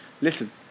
listen